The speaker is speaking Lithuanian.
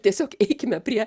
tiesiog eikime prie